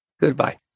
goodbye